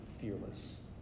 fearless